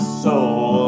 soul